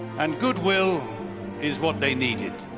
and goodwill is what they needed.